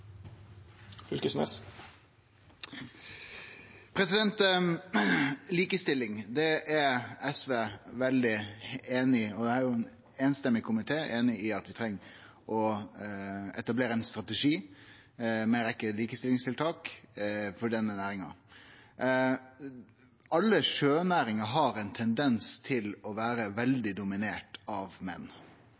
vi treng å etablere ein strategi med ei rekkje likestillingstiltak for denne næringa. Alle sjønæringar har ein tendens til å vere veldig dominerte av menn,